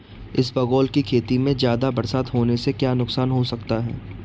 इसबगोल की खेती में ज़्यादा बरसात होने से क्या नुकसान हो सकता है?